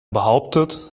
behauptet